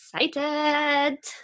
excited